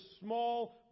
small